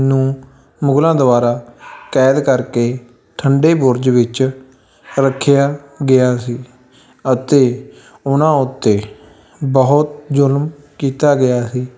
ਨੂੰ ਮੁਗਲਾਂ ਦੁਆਰਾ ਕੈਦ ਕਰਕੇ ਠੰਡੇ ਬੁਰਜ ਵਿੱਚ ਰੱਖਿਆ ਗਿਆ ਸੀ ਅਤੇ ਉਹਨਾਂ ਉੱਤੇ ਬਹੁਤ ਜ਼ੁਲਮ ਕੀਤਾ ਗਿਆ ਸੀ